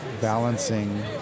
balancing